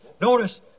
Notice